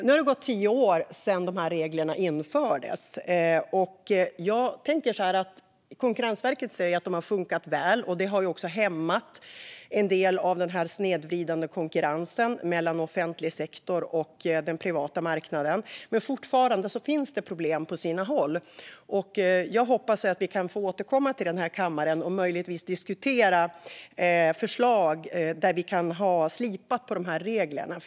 Nu har det gått tio år sedan dessa regler infördes, och Konkurrensverket säger att de har funkat väl. De har också hämmat en del av den snedvridande konkurrensen mellan offentlig sektor och den privata marknaden. Men det finns fortfarande problem på sina håll. Jag hoppas att vi kan återkomma till kammaren och diskutera förslag där vi har slipat på reglerna.